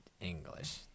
English